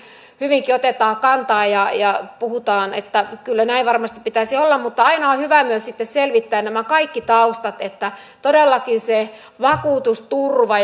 hyvinkin otetaan kantaa ja ja puhutaan että kyllä näin varmasti pitäisi olla mutta aina on hyvä myös sitten selvittää nämä kaikki taustat että todellakin se vakuutusturva